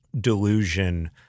delusion